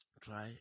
try